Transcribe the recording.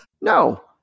no